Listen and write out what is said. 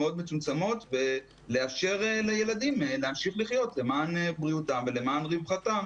מאוד מצומצמות ולאפשר לילדים להמשיך לחיות למען בריאותם ולמען רווחתם.